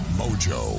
mojo